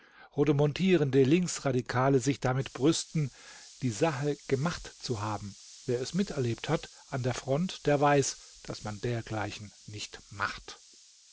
rodomontierende linksradikale sich damit brüsten die sache gemacht zu haben wer es miterlebt hat an der front der weiß daß man dergleichen nicht macht